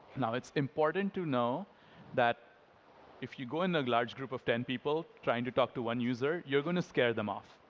now, it's important to know if you go in a large group of ten people trying to talk too one user, you're going to scare them off.